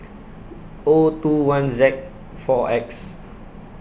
O two one Z four X